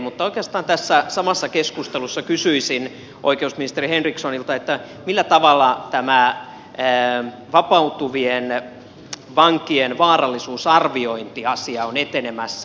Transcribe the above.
mutta oikeastaan tässä samassa keskustelussa kysyisin oikeusministeri henrikssonilta millä tavalla tämä vapautuvien vankien vaarallisuusarviointi asia on etenemässä